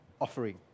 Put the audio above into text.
offering